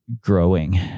growing